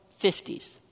50s